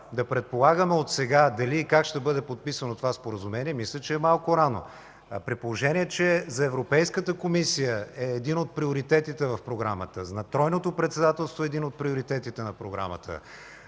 да предполагаме отсега дали и как ще бъде подписано това Споразумение, мисля, че е малко рано, при положение че за Европейската комисия е един от приоритетите в програмата, на тройното председателство е един от приоритетите на програмата,